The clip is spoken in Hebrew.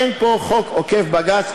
אין פה חוק עוקף-בג"ץ,